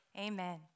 Amen